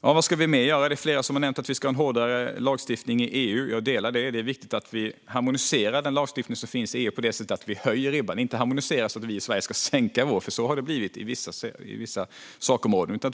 Vad ska vi mer göra? Det är flera som har nämnt att vi ska ha en hårdare lagstiftning i EU. Jag delar den uppfattningen. Det är viktigt att vi harmoniserar lagstiftningen i EU så att vi höjer ribban, inte så att vi i Sverige ska sänka ribban, som det har blivit på vissa sakområden.